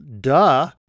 duh